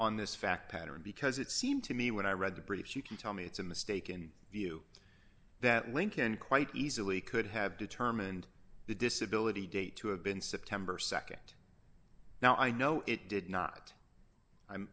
on this fact pattern because it seemed to me when i read the briefs you can tell me it's a mistaken view that lincoln quite easily could have determined the disability date to have been september nd now i know it did not i'm